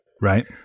Right